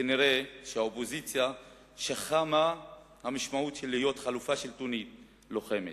כנראה האופוזיציה שכחה מה המשמעות של להיות חלופה שלטונית לוחמת,